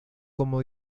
como